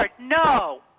no